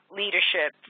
leadership